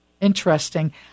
Interesting